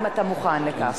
אם אתה מוכן לכך.